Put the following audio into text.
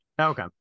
Okay